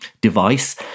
device